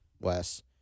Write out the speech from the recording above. Wes